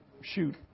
shoot